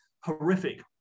horrific